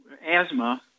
asthma